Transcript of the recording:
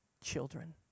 children